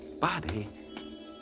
body